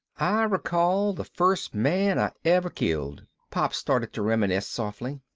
recall the first man i ever killed pop started to reminisce softly.